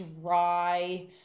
dry